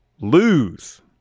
lose